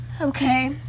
Okay